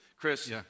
Chris